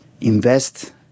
invest